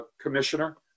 commissioner